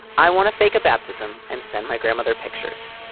i want to fake a baptism and send my grandmother pictures.